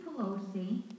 Pelosi